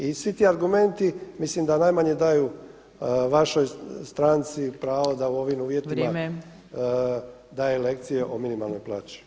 I svi ti argumenti mislim da najmanje daju vašoj stranci pravo da u ovim uvjetima daje lekcije o minimalnoj plaći.